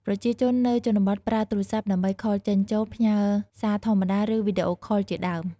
ប្រជាជននៅជនបទប្រើទូរស័ព្ទដើម្បីខលចេញចូល ផ្ញើសារធម្មតា ឬវីដេអូខលជាដើម។